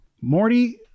Morty